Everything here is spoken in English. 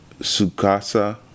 Sukasa